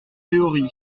théorie